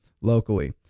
locally